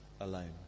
alone